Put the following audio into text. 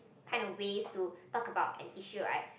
kind of ways to talk about and issue right